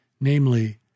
namely